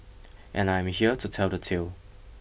and I am here to tell the tale